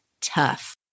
tough